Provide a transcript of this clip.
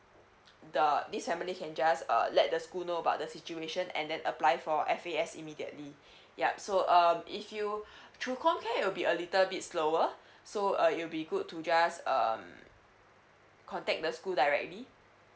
the this family can just uh let the school know about the situation and then apply for F_A_S immediately yup so um if you through comare it'll be a little bit slower so uh it'll be good to just um contact the school directly